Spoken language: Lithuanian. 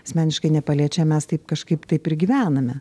asmeniškai nepaliečia mes taip kažkaip taip ir gyvename